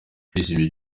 ndishimye